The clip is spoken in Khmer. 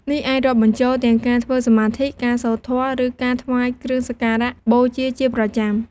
នេះអាចរាប់បញ្ចូលទាំងការធ្វើសមាធិ ការសូត្រធម៌ ឬការថ្វាយគ្រឿងសក្ការបូជាជាប្រចាំ។